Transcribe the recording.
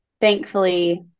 Thankfully